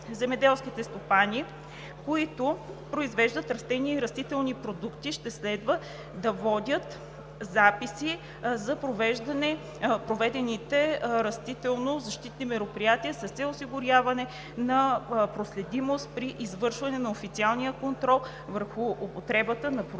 които произвеждат растения и растителни продукти, ще следва да водят записи за проведените растителнозащитни мероприятия, с цел осигуряване на проследимост при извършване на официалния контрол върху употребата на продукти